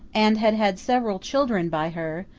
and had had several children by her,